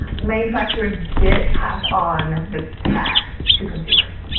manufacturers did pass on the tax to consumers.